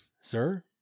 Sir